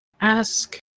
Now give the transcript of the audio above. ask